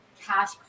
cash